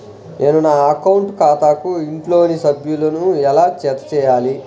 నేను నా అకౌంట్ ఖాతాకు ఇంట్లోని సభ్యులను ఎలా జతచేయాలి?